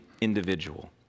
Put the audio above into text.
individual